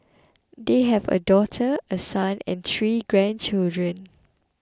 they have a daughter a son and three grandchildren